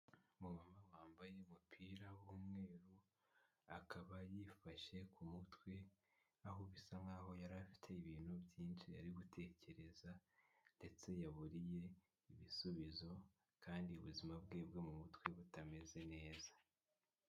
Umumama wambaye umupira w'umweru akaba yifashe ku mutwe aho bisa nkaho yari afite ibintu byinshi ari gutekereza ndetse yaburiye ibisubizo kandi ubuzima bwe bwo mu mutwe butameze neza.